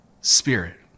spirit